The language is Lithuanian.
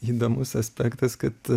įdomus aspektas kad